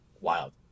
wild